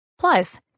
Plus